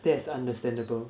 that's understandable